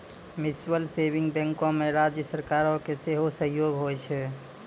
mutual saving बैंको मे राज्य सरकारो के सेहो सहयोग होय छै